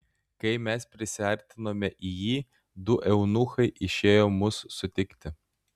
kai mes prisiartinome į jį du eunuchai išėjo mūsų sutikti